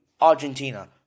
Argentina